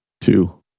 Two